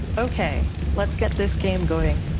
okay. let's get this game going.